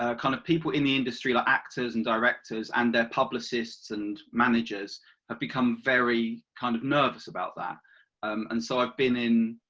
ah kind of people in the industry like actors and directors and their publicists and managers have become kind of nervous about that um and so i've been in,